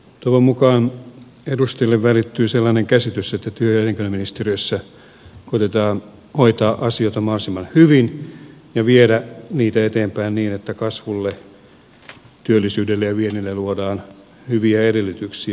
toivon mukaan edustajille välittyi sellainen käsitys että työ ja elinkeinoministeriössä koetetaan hoitaa asioita mahdollisimman hyvin ja viedä niitä eteenpäin niin että kasvulle työllisyydelle ja viennille luodaan hyviä edellytyksiä